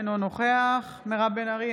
אינו נוכח מירב בן ארי,